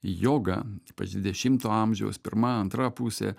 joga ypač dvidešimto amžiaus pirma antra pusė